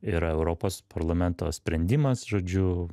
yra europos parlamento sprendimas žodžiu